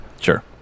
Sure